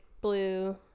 blue